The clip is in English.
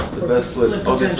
best flip ah